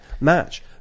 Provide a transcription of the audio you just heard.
match